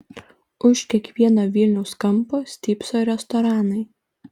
už kiekvieno vilniaus kampo stypso restoranai